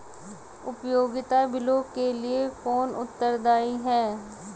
उपयोगिता बिलों के लिए कौन उत्तरदायी है?